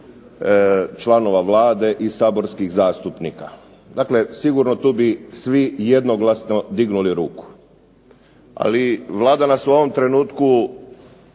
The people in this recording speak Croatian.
članova Vlade i saborskih zastupnika. Dakle, sigurno tu bi svi jednoglasno dignuli ruku, ali Vlada nas u ovom trenutku